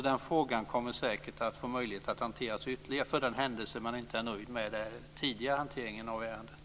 Den frågan kommer säkert att kunna hanteras ytterligare för den händelse man inte är nöjd med den tidigare hanteringen av ärendet.